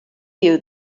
you